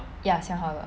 ya 想好了